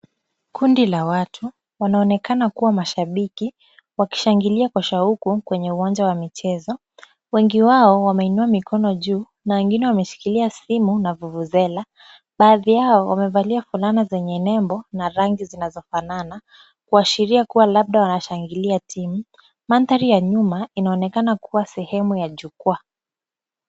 Kundi la watu wanaonekana kua mashabiki wakishangilia kwa shauku kwenye uwanja wa michezo. Wengi wao wameinua mikono juu na wengine wameshikilia simu na vuvuzela . Baadhi yao wamevalia fulana zenye nembo na rangi zinazofanana kuashiria kwamba labda wanashangilia timu. Mandhari ya nyuma inaonekana kuwa sehemu ya jukwaa.